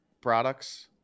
products